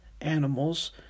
animals